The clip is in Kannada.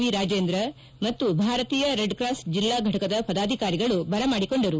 ವಿ ರಾಜೇಂದ್ರ ಮತ್ತು ಭಾರತೀಯ ರೆಡ್ ಕ್ರಾಸ್ ಜಿಲ್ಲಾ ಫಟಕದ ಪದಾಧಿಕಾರಿಗಳು ಬರ ಮಾಡಿಕೊಂಡರು